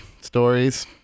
stories